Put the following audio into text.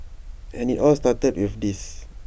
and IT all started with this